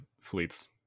fleets